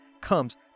comes